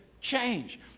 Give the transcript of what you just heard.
change